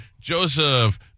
Joseph